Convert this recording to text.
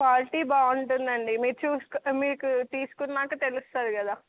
quality బాగుంటుంది అండి మీరు చూసుకో మీకు తీసుకున్నాక తెలుస్తుంది కదా